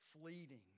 fleeting